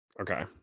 Okay